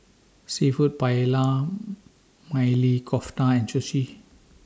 Seafood Paella Maili Kofta and Sushi